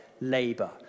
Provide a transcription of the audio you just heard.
labour